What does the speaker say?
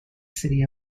city